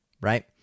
right